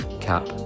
cap